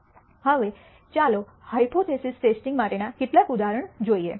હવે ચાલો hypothesis testing માટેના કેટલાક ઉદાહરણો જોઈએ